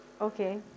Okay